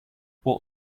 what